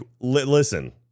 listen